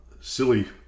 silly